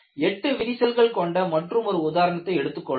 8 விரிசல்கள் கொண்ட மற்றுமொரு உதாரணத்தை எடுத்துக் கொள்வோம்